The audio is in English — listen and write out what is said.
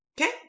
Okay